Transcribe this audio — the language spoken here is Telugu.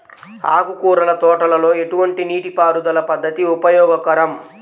ఆకుకూరల తోటలలో ఎటువంటి నీటిపారుదల పద్దతి ఉపయోగకరం?